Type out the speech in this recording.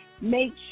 make